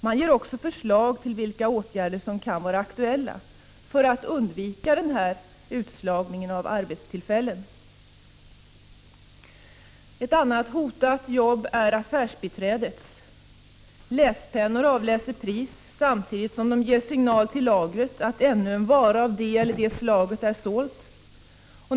Man har också förslag när det gäller aktiva åtgärder som kan bli aktuella för att nämnda utslagning skall kunna undvikas. Ett annat hotat jobb är affärsbiträdets. Läspennor avläser priset. Samtidigt avges det en signal till lagret om att en vara av det ena eller det andra slaget har sålts.